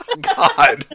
God